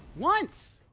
once!